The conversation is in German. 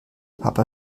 papa